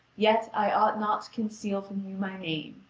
yet, i ought not to conceal from you my name.